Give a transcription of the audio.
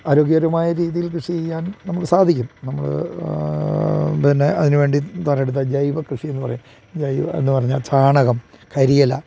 ആരോഗ്യകരമായ രീതിയിൽ കൃഷി ചെയ്യാനും നമുക്ക് സാധിക്കും നമ്മൾ പിന്നെ അതിന് വേണ്ടി തിരഞ്ഞെടുത്ത ജൈവകൃഷി എന്നു പറയും ജൈവം എന്നു പറഞ്ഞാൽ ചാണകം കരി ഇല